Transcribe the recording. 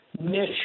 mission